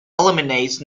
eliminates